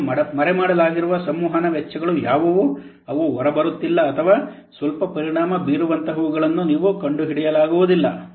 ಅವರು ಮರೆಮಾಡಲಾಗಿರುವ ಸಂವಹನ ವೆಚ್ಚಗಳು ಯಾವುವು ಅವು ಹೊರಬರುತ್ತಿಲ್ಲ ಅಥವಾ ಸ್ವಲ್ಪ ಪರಿಣಾಮ ಬೀರುವಂತಹವುಗಳನ್ನು ನೀವು ಕಂಡುಹಿಡಿಯಲಾಗುವುದಿಲ್ಲ